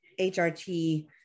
HRT